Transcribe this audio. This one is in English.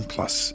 Plus